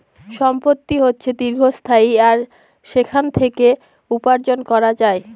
সম্পত্তি হচ্ছে দীর্ঘস্থায়ী আর সেখান থেকে উপার্জন করা যায়